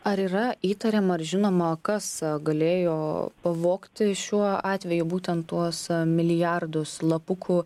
ar yra įtariama ar žinoma kas galėjo pavogti šiuo atveju būtent tuos milijardus slapukų